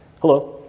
Hello